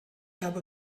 habe